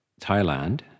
Thailand